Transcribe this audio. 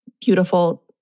beautiful